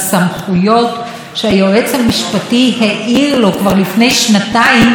העיר לו כבר לפני שנתיים שהוא נמצא בגינן בניגוד עניינים.